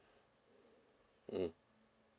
mm